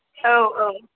औ औ